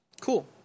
Cool